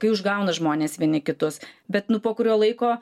kai užgauna žmonės vieni kitus bet nu po kurio laiko